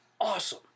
awesome